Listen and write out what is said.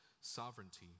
sovereignty